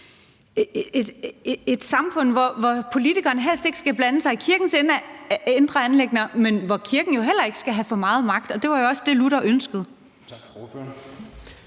et samfund, hvor politikerne helst ikke skal blande sig i kirkens indre anliggender, men hvor kirken heller ikke skal have for meget magt. Og det var også det, Luther ønskede.